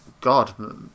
God